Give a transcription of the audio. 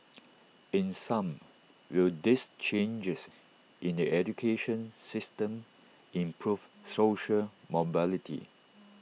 in sum will these changes in the education system improve social mobility